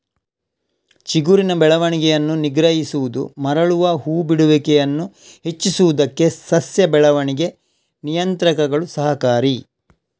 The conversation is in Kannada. ಚಿಗುರಿನ ಬೆಳವಣಿಗೆಯನ್ನು ನಿಗ್ರಹಿಸುವುದು ಮರಳುವ ಹೂ ಬಿಡುವಿಕೆಯನ್ನು ಹೆಚ್ಚಿಸುವುದಕ್ಕೆ ಸಸ್ಯ ಬೆಳವಣಿಗೆ ನಿಯಂತ್ರಕಗಳು ಸಹಕಾರಿ